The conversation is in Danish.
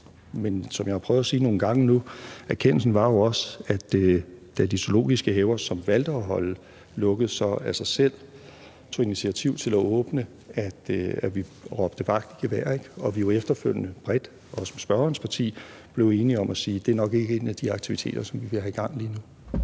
Men som jeg har prøvet at sige nogle gange nu, var forløbet jo også, at da de zoologiske haver, som valgte at holde lukket, så altså selv tog initiativ til at åbne, råbte vi vagt i gevær og blev efterfølgende bredt, også sammen med spørgerens parti, enige om at sige: Det er nok ikke en af de aktiviteter, som vi vil have i gang lige nu.